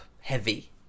heavy